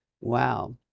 Wow